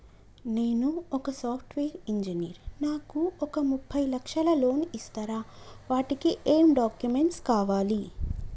నేను ఒక software engineer నాకు ఒక ముప్పై లక్షల లోన్ ఇస్తరా? వాటికి ఏం డాక్యుమెంట్స్ కావాలి?